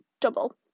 double